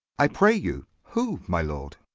i pray you who, my lord?